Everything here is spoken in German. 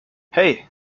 hey